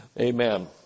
Amen